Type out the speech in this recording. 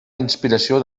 inspiració